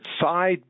side